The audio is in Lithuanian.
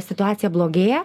situacija blogėja